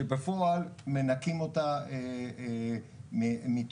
שבפועל מנקים אותה מתוכן.